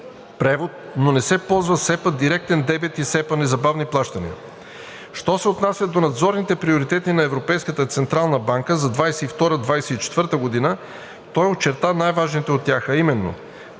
превод, но не се ползва СЕПА директен дебит и СЕПА незабавни плащания. Що се отнася до надзорните приоритети на Европейската централна банка за 2022 – 2024 г., той очерта най-важните от тях, а именно: